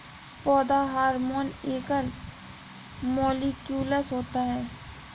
पौधा हार्मोन एकल मौलिक्यूलस होता है